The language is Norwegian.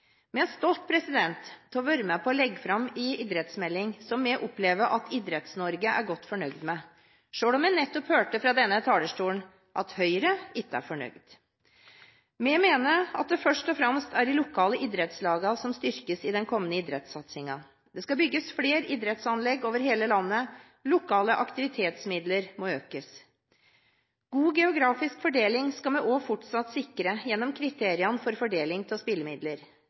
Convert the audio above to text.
å være med på å legge fram en idrettsmelding som vi opplever at Idretts-Norge er godt fornøyd med, selv om vi nettopp hørte fra denne talerstolen at Høyre ikke er fornøyd. Vi mener at det først og fremst er de lokale idrettslagene som styrkes i den kommende idrettssatsingen. Det skal bygges flere idrettsanlegg over hele landet, lokale aktivitetsmidler skal økes. God geografisk fordeling skal vi også fortsatt sikre gjennom kriteriene for fordeling av spillemidler.